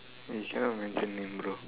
you cannot mention name bro